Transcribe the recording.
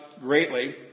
greatly